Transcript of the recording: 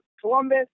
Columbus